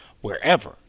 wherever